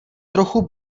trochu